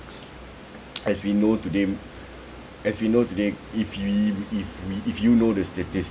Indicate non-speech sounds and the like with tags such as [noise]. [noise] as we know today as we know today if we if we if you know the statistics